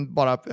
bara